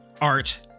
art